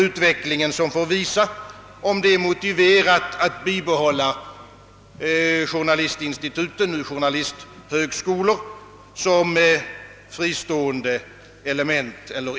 Utvecklingen får visa, om det är motiverat att bibehålla journalistinstitut eller journalisthögskolor som fristående element.